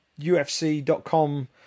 UFC.com